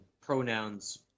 pronouns